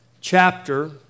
chapter